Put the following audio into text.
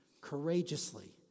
courageously